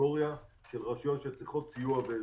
הקטגוריה של רשויות שצריכות סיוע ועזרה.